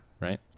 right